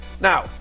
Now